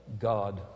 God